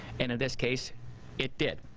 and this case it did.